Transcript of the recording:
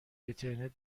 اینترنت